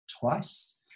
twice